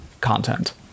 content